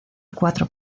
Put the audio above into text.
cuatro